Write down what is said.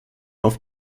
auf